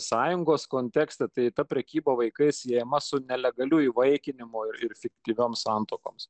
sąjungos kontekste tai ta prekyba vaikais siejama su nelegaliu įvaikinimu ir fiktyvioms santuokoms